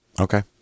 Okay